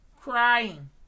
crying